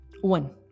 One